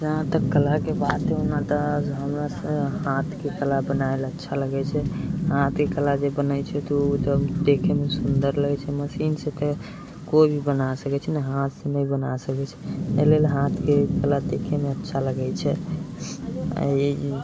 जहाँतक कलाके बात हइ ओना तऽ हमरा हाथके कला बनाएल अच्छा लगै छै हाथके कला जे बनै छै तऽ ओ एकदम देखैमे सुन्दर लगै छै मशीनसँ तऽ कोइ भी बना सकै छै ने हाथसँ नहि बना सकै छै एहिलेल हाथके कला देखैमे अच्छा लगै छै आओर ई